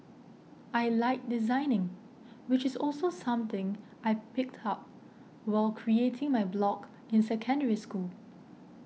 I like designing which is also something I picked up while creating my blog in Secondary School